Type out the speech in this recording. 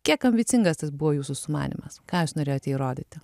kiek ambicingas tas buvo jūsų sumanymas ką jūs norėjote įrodyti